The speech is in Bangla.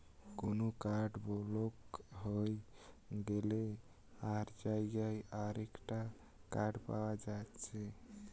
কুনো কার্ড ব্লক হই গ্যালে তার জাগায় আরেকটা কার্ড পায়া যাচ্ছে